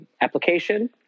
application